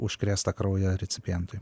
užkrėstą kraują recipientui